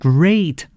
Great